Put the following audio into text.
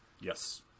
Yes